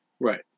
Right